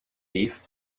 beef